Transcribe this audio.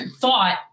thought